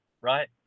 Right